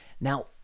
Now